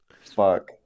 fuck